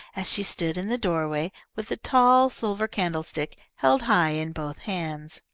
as she stood in the doorway, with the tall silver candlestick held high in both hands.